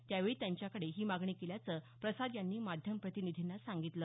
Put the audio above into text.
त्यावेळी त्यांच्याकडे ही मागणी केल्याचं प्रसाद यांनी माध्यम प्रतिनिधींना सांगितलं